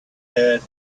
had